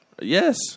Yes